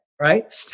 right